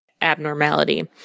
abnormality